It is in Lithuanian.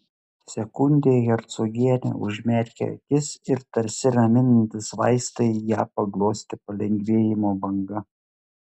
sekundei hercogienė užmerkė akis ir tarsi raminantys vaistai ją paglostė palengvėjimo banga